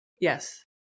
Yes